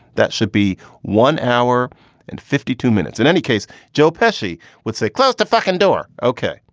that should be one hour and fifty two minutes in any case joe pesci would say, close the fucking door. okay,